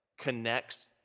connects